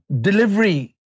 Delivery